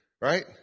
right